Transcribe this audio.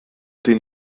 den